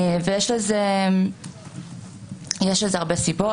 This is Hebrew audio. ויש לזה הרבה סיבות.